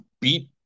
beat